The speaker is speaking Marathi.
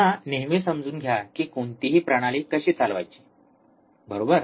पुन्हा नेहमी समजून घ्या की कोणतीही प्रणाली कशी चालवायची बरोबर